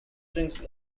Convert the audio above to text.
springs